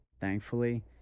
Thankfully